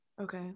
okay